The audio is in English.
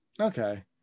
Okay